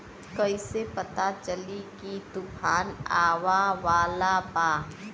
कइसे पता चली की तूफान आवा वाला बा?